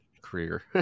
career